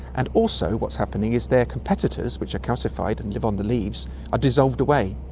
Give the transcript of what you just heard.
and also what's happening is their competitors which are calcified and live on the leaves are dissolved away.